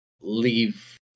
leave